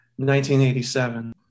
1987